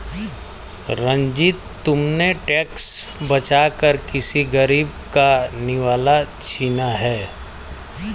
रंजित, तुमने टैक्स बचाकर किसी गरीब का निवाला छीना है